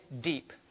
deep